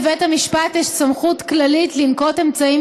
לבית המשפט יש סמכות כללית לנקוט אמצעים